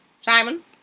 Simon